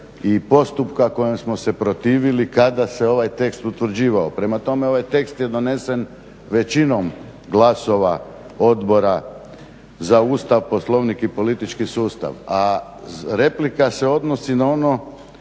i postupka kojem smo se protivili kada se ovaj tekst utvrđivao. Prema tome, ovaj tekst je donesen većinom glasova Odbora za Ustav, Poslovnik i politički sustav, a replika se odnosi na ono,